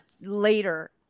later